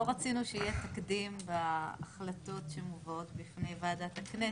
לא רצינו שיהיה תקדים בהחלטות שמובאות בפני ועדת הכנסת,